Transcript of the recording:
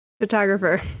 photographer